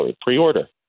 pre-order